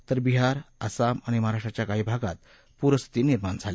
तर बिहार असम आणि महाराष्ट्राच्या काही भागात पूरस्थिती निर्माण झाली